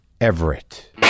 everett